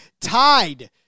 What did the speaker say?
tied